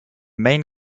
main